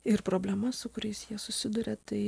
ir problemas su kuriais jie susiduria tai